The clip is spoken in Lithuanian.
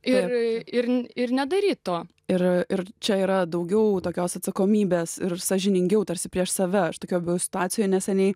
ir ir nedaryt to ir čia yra daugiau tokios atsakomybės ir sąžiningiau tarsi prieš save tokioj buvau situacijoj neseniai